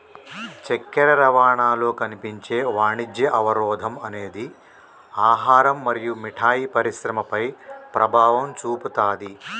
చక్కెర రవాణాలో కనిపించే వాణిజ్య అవరోధం అనేది ఆహారం మరియు మిఠాయి పరిశ్రమపై ప్రభావం చూపుతాది